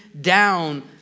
down